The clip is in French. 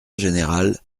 général